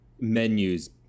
menus